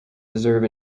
deserve